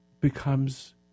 becomes